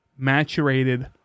maturated